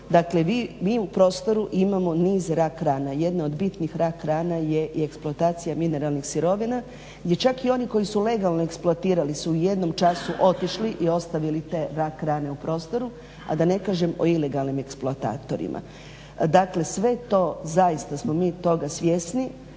Dakle, mi u prostoru imamo niz rak rana. Jedna od bitnih rak rana je i eksploatacija mineralnih sirovina, gdje čak i oni koji su legalno eksploatirali su u jednom času otišli i ostavili te rak rane u prostoru, a da ne kažem o ilegalnim eksploatatorima. Dakle, sve to zaista smo mi toga svjesni